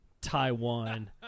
Taiwan